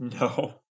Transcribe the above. No